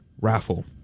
raffle